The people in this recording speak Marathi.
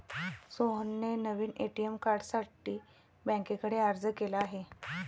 सोहनने नवीन ए.टी.एम कार्डसाठी बँकेकडे अर्ज केला आहे